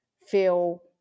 feel